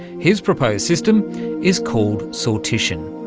his proposed system is called sortition,